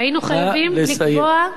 והיינו חייבים לקבוע,